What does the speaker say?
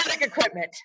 equipment